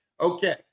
okay